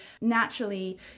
naturally